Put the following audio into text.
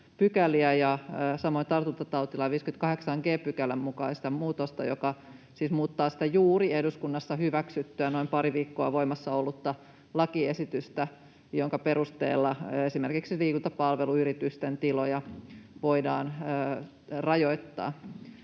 ja samoin tartuntatautilain 58 g §:n mukaista muutosta, joka siis muuttaa sitä juuri eduskunnassa hyväksyttyä, noin pari viikkoa voimassa ollutta lakiesitystä, jonka perusteella esimerkiksi liikuntapalveluyritysten tiloja voidaan rajoittaa.